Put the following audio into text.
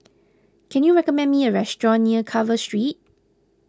can you recommend me a restaurant near Carver Street